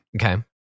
okay